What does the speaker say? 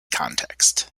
context